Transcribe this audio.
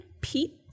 Pete